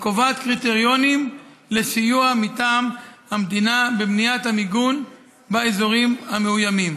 הקובעת קריטריונים לסיוע מטעם המדינה בבניית מיגון באזורים מאוימים.